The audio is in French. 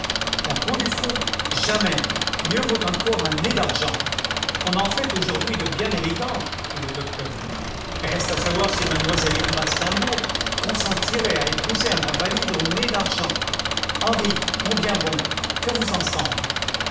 la peau du front jamais mieux vaut encore un nez d'argent on en fait aujourd'hui de bien élégants dit le docteur reste à savoir si mademoiselle irma steimbourg consentirait à épouser un invalide au nez content from google book search generated at content from google book search generated at